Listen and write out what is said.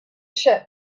ship